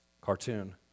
cartoon